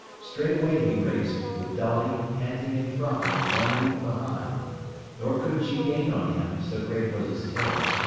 straight away he raced, with dolly, panting and frothing, one leap behind nor could she gain on him, so great was his terror,